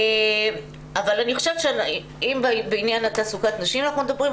אני חושבת שאם בעניין תעסוקת נשים אנחנו מדברים,